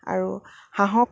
আৰু হাঁহক